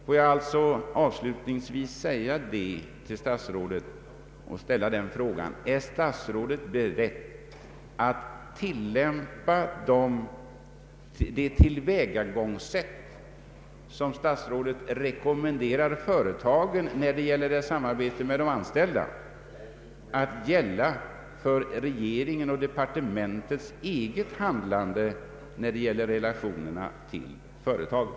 Låt mig avslutningsvis ställa den frågan till statsrådet: Är statsrådet beredd att tillämpa det tillvägagångssätt som statsrådet rekommenderar företagen när det gäller samarbetet med de anställda att gälla för regeringens och departementets eget handlande när det gäller relationerna till företagen?